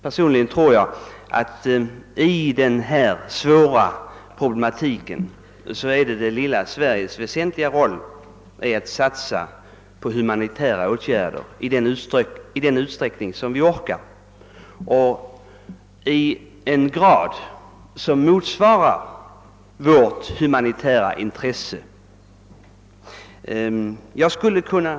Personligen anser jag beträffande denna svåra problematik att det lilla Sveriges väsentliga roll ligger i att satsa på humanitära åtgärder i den utsträckning vårt land orkar och i en grad som motsvarar vårt intresse av att ge hjälp.